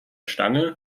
stange